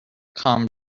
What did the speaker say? calm